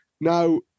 Now